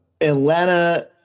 Atlanta